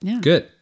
Good